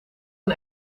een